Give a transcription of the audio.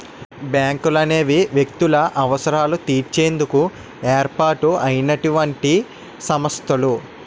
బ్యాంకులనేవి వ్యక్తుల అవసరాలు తీర్చేందుకు ఏర్పాటు అయినటువంటి సంస్థలు